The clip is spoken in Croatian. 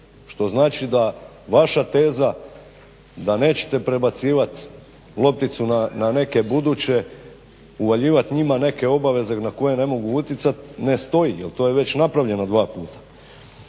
što znači da vaša teza da nećete prebacivati lopticu na neke buduće, uvaljivat njima neke obaveze na koje ne mogu utjecati ne stoji jer to je već napravljeno dva puta.